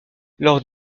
lors